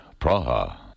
Praha